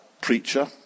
preacher